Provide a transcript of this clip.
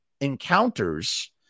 encounters